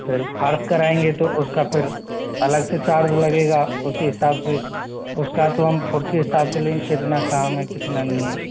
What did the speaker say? फिर फर्श कराएंगे तो उसका फिर अलग से चार्ज लगेगा उसी हिसाब से उसका तो हम फुट के हिसाब से लेंगे कितना काम है कितना नहीं है